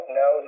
no